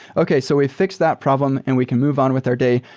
okay. so we fix that problem and we can move on with our day.